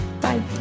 Bye